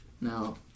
Now